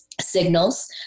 signals